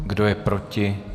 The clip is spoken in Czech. Kdo je proti?